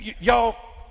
y'all